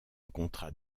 contrat